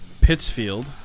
Pittsfield